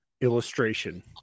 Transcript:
illustration